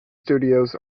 studios